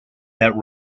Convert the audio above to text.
that